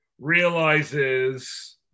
realizes